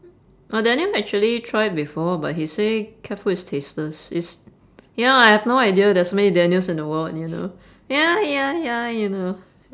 oh daniel actually tried before but he say cat food is tasteless is ya lah I have no idea there're so many daniels in the world you know ya ya ya you know